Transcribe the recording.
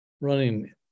running